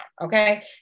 Okay